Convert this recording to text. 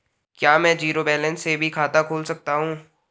क्या में zero balance से भी खाता खोल सकता हूँ?